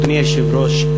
אדוני היושב-ראש,